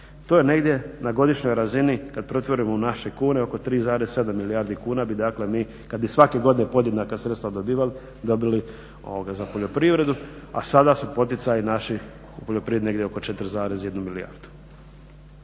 To je negdje na godišnjoj razini kad pretvorimo u naše kune oko 3,7 milijardi kuna bi dakle mi kad bi svake godine podjednaka sredstva dobivali dobili za poljoprivredu a sada su poticaji naši u poljoprivredi negdje oko 4,1 milijardu.